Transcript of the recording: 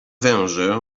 węże